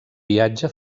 viatge